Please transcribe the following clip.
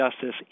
Justice